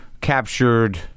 captured